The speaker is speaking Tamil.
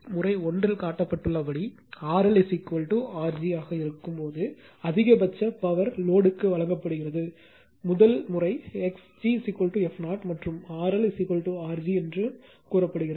முறை 1 இல் காட்டப்பட்டுள்ளபடி RL R g ஆக இருக்கும்போது அதிகபட்ச பவர் லோடு க்கு வழங்கப்படுகிறது முதல் முறை X gf0 மற்றும் RLR g என்றும் கூறப்படுகிறது